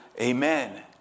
Amen